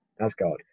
asgard